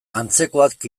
antzekoak